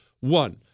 One